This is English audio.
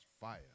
fire